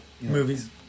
movies